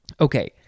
okay